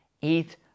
Eat